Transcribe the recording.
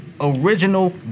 original